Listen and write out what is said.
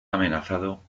amenazado